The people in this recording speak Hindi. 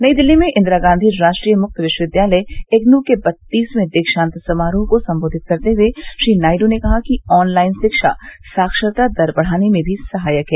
नई दिल्ली में इंदिरा गांधी राष्ट्रीय मुक्त विश्वविद्यालय इग्नू के बत्तीसवें दीक्षांत समारोह को संबोधित करते हुए श्री नायडू ने कहा कि ऑनलाइन रिक्षा साक्षरता दर बढ़ाने में भी सहायक है